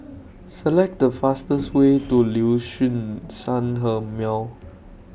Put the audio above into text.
Select The fastest Way to Liuxun Sanhemiao